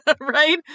right